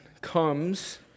comes